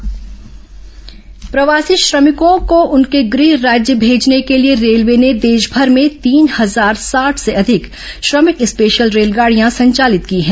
corona प्रवासी श्रमिक railway प्रवासी श्रमिकों को उनके गृह राज्य भेजने के लिए रेलवे ने देशभर में तीन हजार साठ से अधिक श्रमिक स्पेशल रेलगाडियां संचालित की हैं